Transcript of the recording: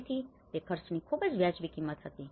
તેથી તે ખર્ચની ખૂબ જ વાજબી રકમ હતી